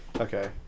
Okay